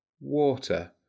Water